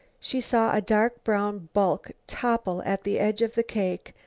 she saw a dark brown bulk topple at the edge of the cake,